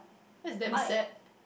that's damn sad